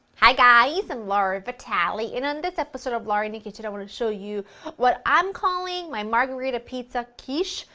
hi guys, i'm laura vitale and on this episode of laura in the kitchen, i'm going to show you what i'm calling my margherita pizza quiche,